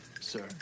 sir